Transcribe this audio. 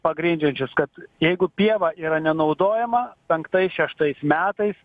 pagrindžiančius kad jeigu pieva yra nenaudojama penktais šeštais metais